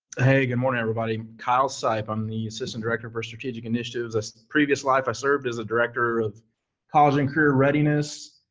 hey, good morning everybody. kyle seipp, i'm the assistant director for strategic initiatives. as a previous life i served as a director of college and career readiness,